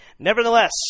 Nevertheless